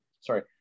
sorry